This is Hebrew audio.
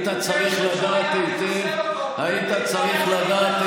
אדם עם